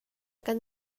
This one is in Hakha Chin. kan